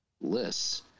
lists